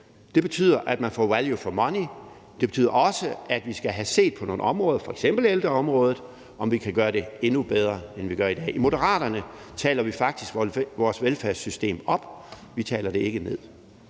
det betyder, at man får value for money, og det betyder også, at vi skal have set på nogle områder, f.eks. ældreområdet, om vi kan gøre det endnu bedre, end vi gør i dag. I Moderaterne taler vi faktisk vores velfærdssystem op, og vi taler det ikke ned.